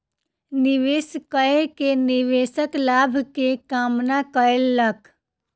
निवेश कय के निवेशक लाभ के कामना कयलक